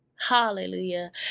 Hallelujah